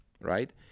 right